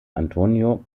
antonio